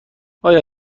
آیا